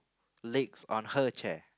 legs on her chair